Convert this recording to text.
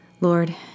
Lord